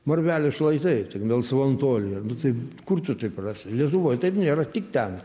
marvelės šlaitai taigi melsvam tolyje nu tai kur tu taip rasi lietuvoj taip nėra tik ten